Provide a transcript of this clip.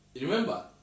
Remember